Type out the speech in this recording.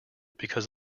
because